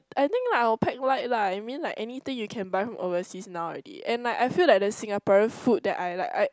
I think like I will pack light lah I mean like anything you can buy from overseas now already and I like feel that the Singaporean food that I like I